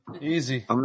Easy